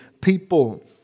people